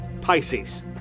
Pisces